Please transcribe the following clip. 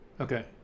Okay